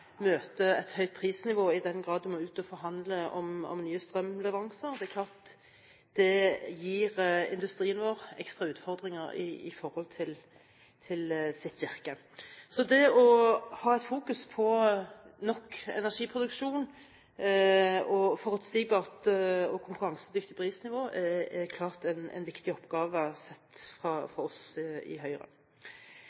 møte et høyt prisnivå – i den grad man må ut å forhandle om nye strømleveranser – er det klart at gir industrien vår ekstra utfordringer i sitt virke. Så det å ha fokus på nok energiproduksjon og et forutsigbart og konkurransedyktig prisnivå er klart en viktig oppgave, sett fra